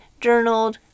journaled